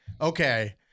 okay